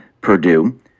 Purdue